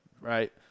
right